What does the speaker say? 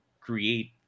create